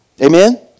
Amen